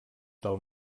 del